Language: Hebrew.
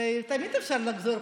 ותמיד אפשר לחזור,